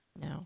No